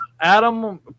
adam